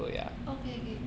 orh okay okay